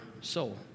soul